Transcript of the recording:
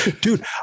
Dude